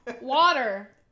Water